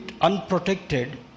unprotected